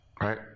right